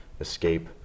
escape